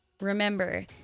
remember